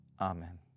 Amen